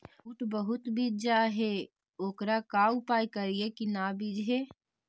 बुट बहुत बिजझ जा हे ओकर का उपाय करियै कि न बिजझे?